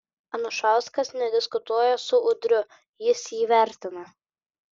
anušauskas nediskutuoja su udriu jis jį vertina